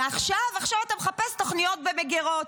ועכשיו אתה מחפש תוכניות במגירות.